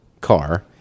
car